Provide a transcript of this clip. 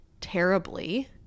terribly